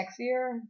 sexier